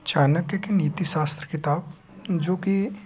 चाणक्य की नीतिशास्त्र किताब जो कि